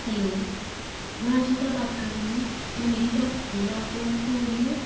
hello मैं हर्षिता बात कर रही हूँ क्या मेरी बात ओला ऑटो वाले से हो रही है